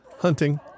hunting